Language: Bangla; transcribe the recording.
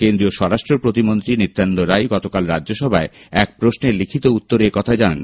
কেন্দ্রীয় স্বরাষ্ট্র প্রতিমন্ত্রী নিত্যানন্দ রাই গতকাল রাজ্যসভায় এক প্রশ্নের লিখিত উত্তরে একথা জানান